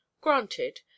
Granted